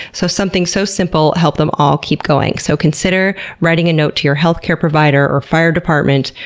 so something so simple helped them all keep going. so, consider writing a note to your healthcare provider, or fire department,